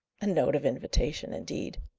a note of invitation, indeed!